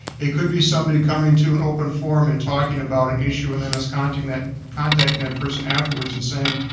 it could be somebody coming to an open forum and talking about an issue and then us contacting that contacting that person afterwards and saying,